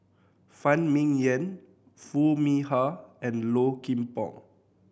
Phan Ming Yen Foo Mee Har and Low Kim Pong